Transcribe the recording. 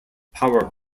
power